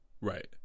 right